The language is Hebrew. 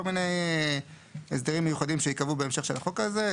מיני הסדרים מיוחדים שייקבעו בהמשך של החוק הזה,